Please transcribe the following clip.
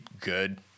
good